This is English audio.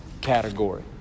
category